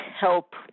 help